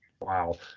wow